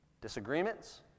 Disagreements